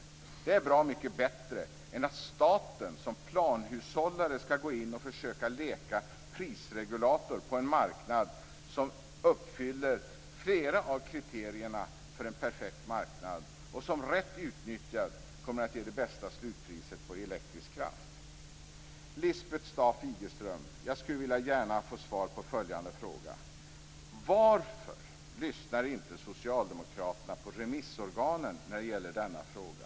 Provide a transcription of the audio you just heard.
Det är bra mycket bättre än att staten som planhushållare skall gå in och försöka leka prisregulator på en marknad som uppfyller flera av kriterierna för en perfekt marknad och som rätt utnyttjad kommer att ge det bästa slutpriset på elektrisk kraft. Lisbeth Staaf-Igelström, jag skulle gärna vilja ha svar på följande fråga: Varför lyssnar socialdemokraterna inte på remissorganen i denna fråga?